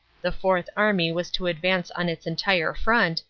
the fourth army was to advance on its entire front,